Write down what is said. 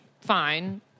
fine